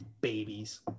babies